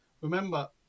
remember